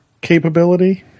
capability